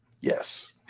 Yes